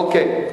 אוקיי.